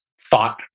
thought